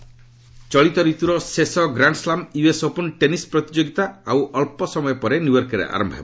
US Open ଚଳିତ ଋତୁର ଶେଷ ଗ୍ଲାଣ୍ଡସ୍ଲାମ ୟୁଏସ୍ ଓପନ ଟେନିସ ପ୍ରତିଯୋଗିତା ଆଉ ଅଞ୍ଚସମୟ ପରେ ନ୍ୟୁୟର୍କରେ ଆରମ୍ଭ ହେବ